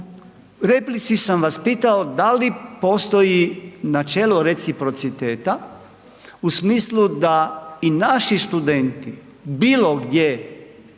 replici sam vas pitao da li postoji načelo reciprociteta u smislu da i naši studenti bilo gdje